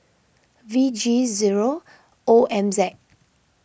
V G zero O M Z